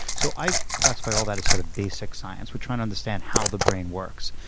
so i classify all that as sort of basic science. we're trying to understand how the brain works.